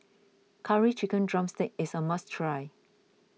Curry Chicken Drumstick is a must try